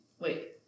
Wait